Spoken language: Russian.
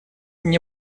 мне